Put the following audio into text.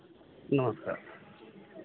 नमस्कार